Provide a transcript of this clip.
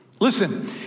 Listen